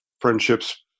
friendships